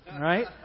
right